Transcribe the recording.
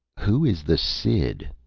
who is the cid?